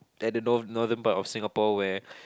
that the North Northern part of Singapore where